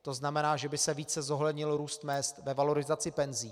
To znamená, že by se více zohlednil růst mezd ve valorizaci penzí.